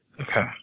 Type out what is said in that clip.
Okay